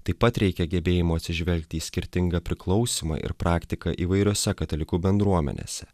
taip pat reikia gebėjimo atsižvelgti į skirtingą priklausymą ir praktiką įvairiose katalikų bendruomenėse